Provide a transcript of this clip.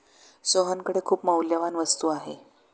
सोहनकडे खूप मौल्यवान वस्तू आहे